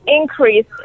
increase